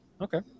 okay